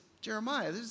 Jeremiah